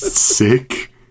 sick